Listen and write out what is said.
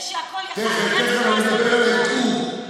תכף אני אדבר על העיכוב,